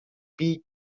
big